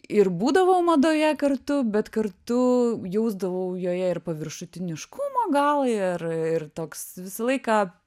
ir būdavau madoje kartu bet kartu jausdavau joje ir paviršutiniškumo gal ir ir toks visą laiką